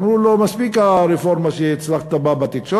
אמרו לו: מספיק הרפורמה שהצלחת בה בתקשורת,